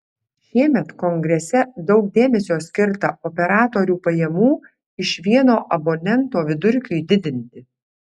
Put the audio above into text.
šiemet kongrese daug dėmesio skirta operatorių pajamų iš vieno abonento vidurkiui didinti